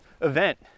event